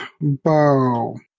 bow